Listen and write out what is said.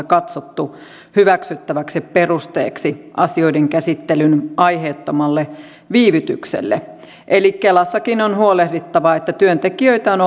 katsottu hyväksyttäväksi perusteeksi asioiden käsittelyn aiheettomalle viivytykselle eli kelassakin on huolehdittava että työntekijöitä on